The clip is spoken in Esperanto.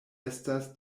estas